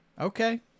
Okay